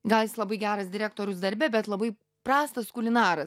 gal jis labai geras direktorius darbe bet labai prastas kulinara